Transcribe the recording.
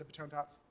ah but tone dots,